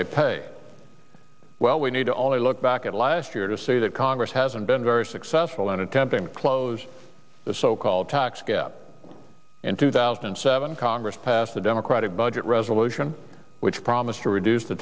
they pay well we need to only look back at last year to see that congress hasn't been very successful in attempting to close the so called tax gap in two thousand and seven congress passed a democratic budget resolution which promised to reduce the